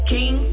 King